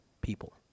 people